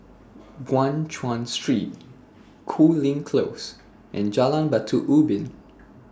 Guan Chuan Street Cooling Close and Jalan Batu Ubin